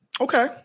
okay